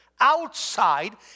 outside